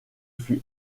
fut